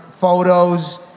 photos